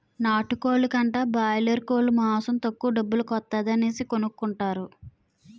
నాటుకోలు కంటా బాయలేరుకోలు మాసం తక్కువ డబ్బుల కొత్తాది అనేసి కొనుకుంటారు